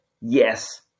yes